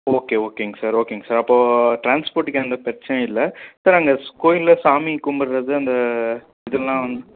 okay ஓகேங்க sir ஓகேங்க sir அப்போ டிரான்ஸ்போர்ட்டுக்கு எந்த பிரச்சனையும் இல்லை சார் அந்த ஸ் கோயிலில் சாமி கும்பிட்றது அந்த இதெல்லாம் வந்து